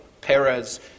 Perez